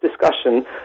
discussion